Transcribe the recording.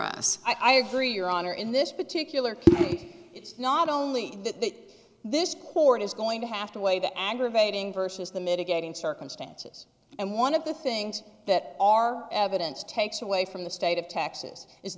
us i agree your honor in this particular case it's not only that this court is going to have to weigh the aggravating versus the mitigating circumstances and one of the things that our evidence takes away from the state of texas is